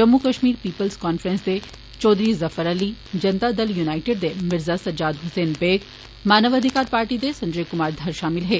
Jammu Kashmir Peoples Conference दे Chaudhary Zafar Ali Janata Dal United दे मिर्जा सज्जाद हुसैन बेग मानव अधिकार पार्टी दे संजय कुमार धर शामल हे